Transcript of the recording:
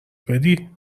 بدی